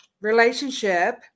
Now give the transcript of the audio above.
relationship